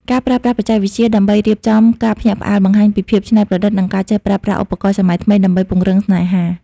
ការប្រើប្រាស់បច្ចេកវិទ្យាដើម្បីរៀបចំការភ្ញាក់ផ្អើល បង្ហាញពីភាពច្នៃប្រឌិត និងការចេះប្រើប្រាស់ឧបករណ៍សម័យថ្មីដើម្បីពង្រឹងស្នេហា។